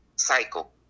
Cycle